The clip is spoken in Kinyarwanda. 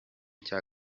cya